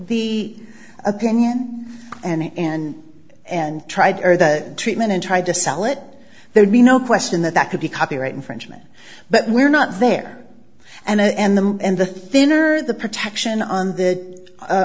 be opinion and and tried or the treatment and tried to sell it there'd be no question that that could be copyright infringement but we're not there and the and the thinner or the protection